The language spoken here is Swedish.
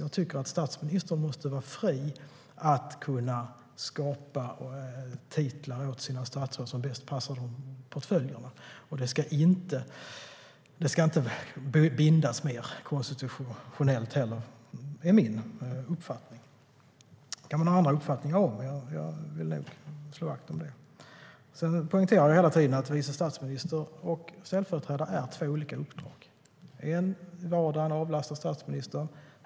Jag tycker att statsministern måste vara fri att skapa titlar åt sina statsråd som bäst passar portföljerna. De ska inte bindas mer konstitutionellt. Det är min uppfattning, men man kan ha andra uppfattningar. Jag poängterar hela tiden att vice statsminister och ställföreträdare är två olika uppdrag. Ett uppdrag är att i vardagen avlasta statsministern.